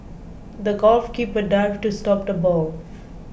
the goalkeeper dived to stop the ball